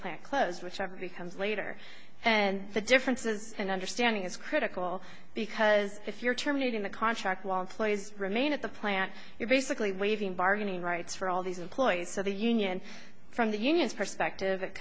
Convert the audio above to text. plant closed whichever comes later and the difference is an understanding is critical because if you're terminating the contract won't please remain at the plant you're basically waiving bargaining rights for all these employees so the union from the union's perspective it